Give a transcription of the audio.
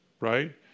right